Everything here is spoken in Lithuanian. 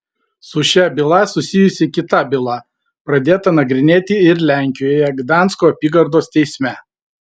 su šia byla susijusi kita byla pradėta nagrinėti ir lenkijoje gdansko apygardos teisme